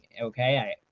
okay